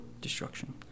destruction